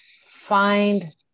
find